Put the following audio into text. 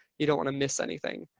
you don't want to miss anything.